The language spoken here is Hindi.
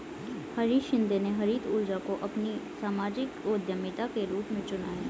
हरीश शिंदे ने हरित ऊर्जा को अपनी सामाजिक उद्यमिता के रूप में चुना है